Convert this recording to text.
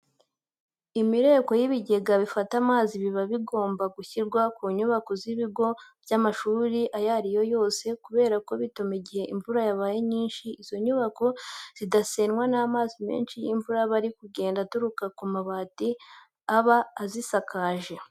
Imireko n'ibigega bifata amazi biba bigomba gushyirwa ku nyubako z'ibigo by'amashuri ayo ari yo yose kubera ko bituma igihe imvura yabaye nyinshi izo nyubako zidasenwa n'amazi menshi y'imvura aba ari kugenda aturuka ku mabati aba azisakajwe.